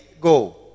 go